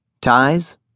Ties